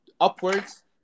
upwards